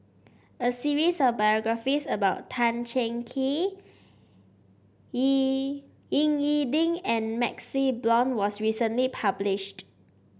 a series of biographies about Tan Cheng Kee E Ying E Ding and MaxLe Blond was recently published